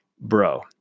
bro